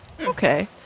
Okay